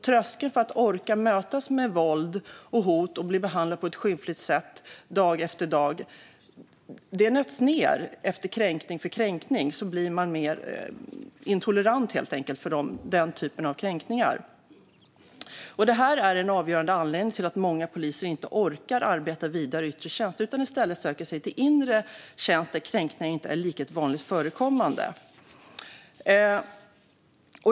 Tröskeln för att orka med att mötas med våld och hot och dag efter dag bli behandlad på ett skymfligt sätt nöts ned. För varje kränkning blir man mer intolerant, helt enkelt. Detta är en avgörande anledning till att många poliser inte orkar arbeta vidare i yttre tjänst utan i stället söker sig till inre tjänst, där kränkningar inte är lika vanligt förekommande.